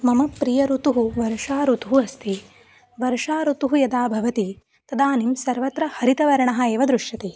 मम प्रियः ऋतुः वर्षा ऋतुः अस्ति वर्षा ऋतुः यदा भवति तदानीं सर्वत्र हरितवर्णः एव दृश्यते